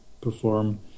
perform